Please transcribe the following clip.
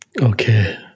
Okay